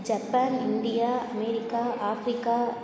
Japan India America Africa